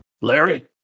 Larry